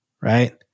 right